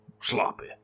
sloppy